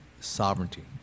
sovereignty